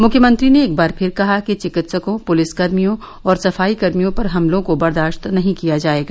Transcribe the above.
मुख्यमंत्री ने एक बार फिर कहा कि चिकित्सकों पुलिसकर्मियों और सफाईकर्मियों पर हमलों को बर्दार्त नहीं किया जाएगा